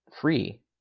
free